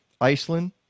Iceland